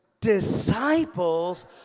disciples